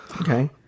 Okay